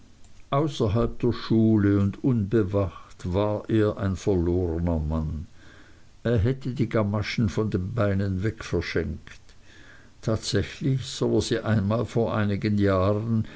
außerhalb der schule und unbewacht war er ein verlorner mann er hätte die gamaschen von den beinen weg verschenkt tatsächlich soll er sie einmal vor einigen jahren